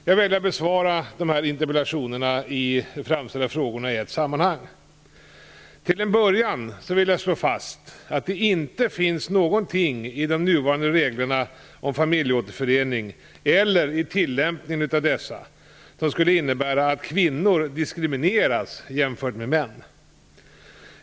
Jag väljer att besvara de i interpellationerna framställda frågorna i ett sammanhang. Till en början vill jag slå fast att det inte finns någonting i de nuvarande reglerna om familjeåterförening, eller i tillämpningen av dessa, som skulle innebära att kvinnor diskrimineras jämfört med män.